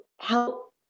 help